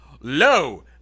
Low